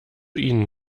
ihnen